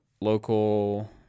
local